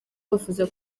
wifuza